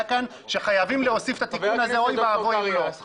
כאן שחייבים להוסיף את התיקון הזה ואוי ואבוי אם לא.